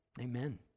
Amen